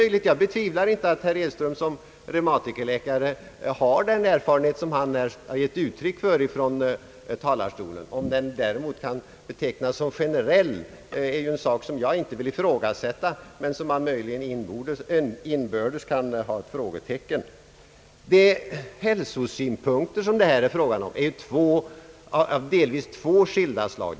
Jag betvivlar inte att herr Edström såsom reumatikerläkare har den erfarenhet, som han här har givit uttryck för ifrån talarstolen. Om den däremot kan betecknas som generell är en sak som jag inte vill ifrågasätta, men som man kan sätta frågetecken för. De hälsosynpunkter som det här är fråga om är delvis av två skilda slag.